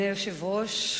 אדוני היושב-ראש,